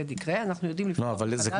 Z יקרו אנחנו נעשה היערכות